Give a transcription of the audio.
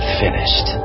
finished